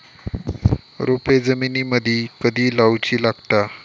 रोपे जमिनीमदि कधी लाऊची लागता?